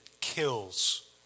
kills